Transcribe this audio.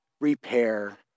repair